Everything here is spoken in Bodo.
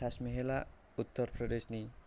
ताज महला उत्तर प्रदेशनि